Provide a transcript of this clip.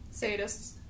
Sadists